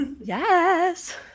Yes